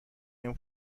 این